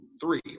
three